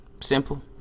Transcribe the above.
Simple